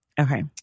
Okay